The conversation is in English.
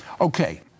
Okay